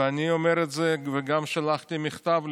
ואני אומר את זה, וגם שלחתי מכתב לפרופ'